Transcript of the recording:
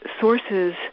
sources